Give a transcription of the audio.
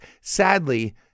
Sadly